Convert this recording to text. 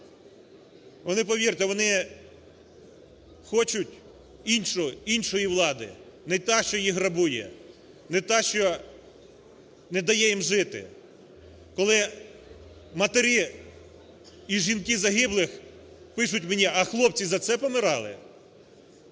вони, повірте, вони хочуть іншої влади, не тієї, що їх грабує, не тієї, що не дає їм жити. Коли матері і жінки загиблих пишуть мені: "А хлопці, за це помирали?".